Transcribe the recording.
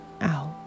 out